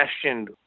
questioned